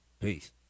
Peace